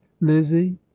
lizzie